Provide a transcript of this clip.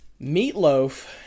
Meatloaf